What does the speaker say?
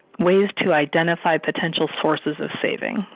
ways to identify potential sources of savings.